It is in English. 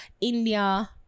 india